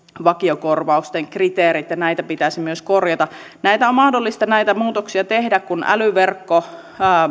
vakiokorvausten kriteerit ja näitä pitäisi myös korjata näitä muutoksia on mahdollista tehdä kun selvitystä älyverkkomallista